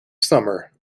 summer